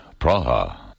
Praha